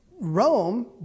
Rome